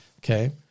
Okay